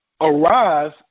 arise